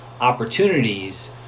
Opportunities